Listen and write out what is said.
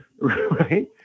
Right